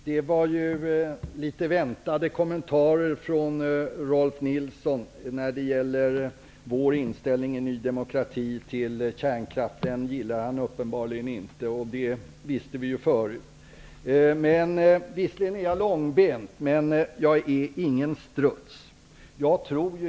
Herr talman! Det var litet väntade kommentarer från Rolf Nilson när det gäller Ny demokratis inställning till kärnkraften. Den gillar han uppenbarligen inte, och det visste vi ju förut. Jag är visserligen långbent, men jag är ingen struts.